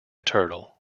turtle